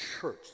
church